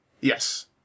Yes